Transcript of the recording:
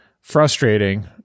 frustrating